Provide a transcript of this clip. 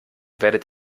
werdet